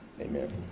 Amen